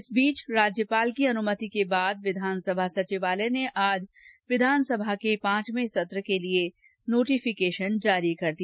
इस बीच राज्यपाल की अनुमति के बाद विधानसभा सचिवालय ने आज विधानसभा के पांचयें सत्र के लिए नोटिफकेशन जारी कर दिया